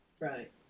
Right